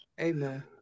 Amen